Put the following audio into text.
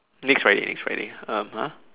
next Friday next Friday um !huh!